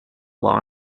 law